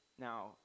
Now